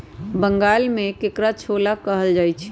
बंगाल में एकरा छोला कहल जाहई